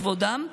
כבודם,